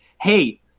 Hey